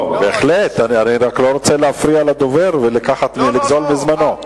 בהחלט, אני רק לא רוצה להפריע לדובר ולגזול מזמנו.